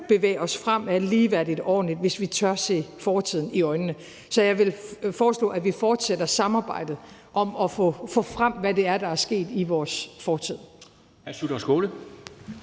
bevæge os fremad ligeværdigt og ordentligt, hvis vi tør se fortiden i øjnene. Så jeg vil foreslå, at vi fortsætter samarbejdet om at få, hvad der er sket i vores fortid,